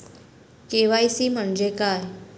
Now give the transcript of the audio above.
KYC म्हणजे काय?